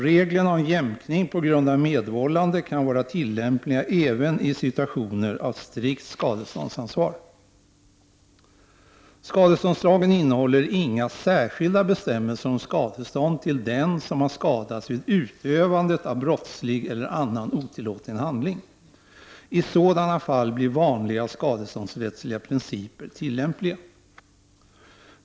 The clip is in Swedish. Reglerna om jämkning på grund av medvållande kan vara tillämpliga även i situationer av strikt skadeståndsansvar. Skadeståndslagen innehåller inga särskilda bestämmelser om skadestånd till den som har skadats vid utövandet av brottslig eller annan otillåten handling. I sådana fall blir vanliga skadeståndsrättsliga principer tillämpliga.